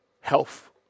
health